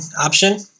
option